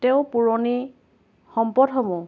তেওঁ পুৰণি সম্পদসমূহ